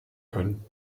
können